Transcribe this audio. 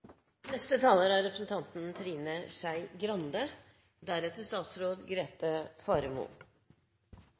Neste taler er statsråd